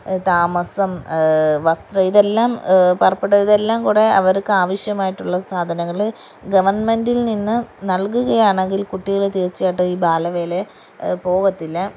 താമസം വസ്ത്രം ഇതെല്ലാം പാർപ്പിടമിതെല്ലാം കൂടെ അവർക്ക് ആവശ്യമായിട്ടുള്ള സാധനങ്ങൾ ഗെവൺമെൻറ്റിൽ നിന്ന് നൽകുകയാണെങ്കിൽ കുട്ടികൾ തീർച്ചയായിട്ടുവീ ബാലവേലക്ക് പോവത്തില്ല